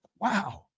Wow